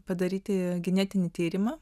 padaryti genetinį tyrimą